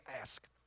ask